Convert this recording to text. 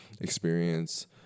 experience